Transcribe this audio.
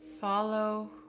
follow